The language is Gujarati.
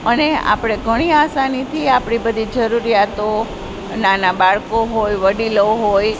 અને આપણે ઘણી આસાનીથી આપણી બધી જરૂરીયાતો નાનાં બાળકો હોય વડીલો હોય